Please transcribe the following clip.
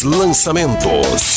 lançamentos